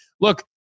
look